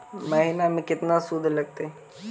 महिना में केतना शुद्ध लगतै?